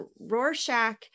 rorschach